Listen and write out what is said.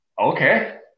okay